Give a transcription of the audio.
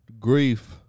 grief